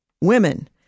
women